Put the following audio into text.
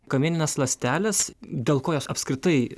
kamieninės ląstelės dėl ko jos apskritai